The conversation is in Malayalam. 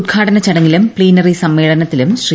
ഉദ്ഘാടന ചടങ്ങിലും പ്ലീനറി സമ്മേളനത്തിലും ശ്രീ